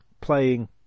playing